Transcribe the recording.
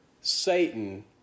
Satan